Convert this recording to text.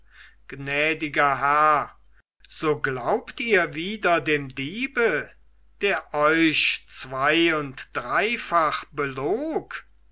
gnädiger herr so glaubt ihr wieder dem diebe der euch zwei und dreifach belog